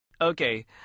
Okay